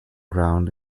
ground